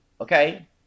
okay